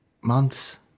months